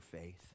faith